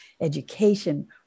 education